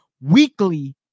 weekly